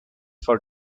for